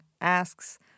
asks